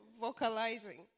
vocalizing